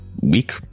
week